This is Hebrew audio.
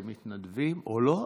כמתנדבים, או לא.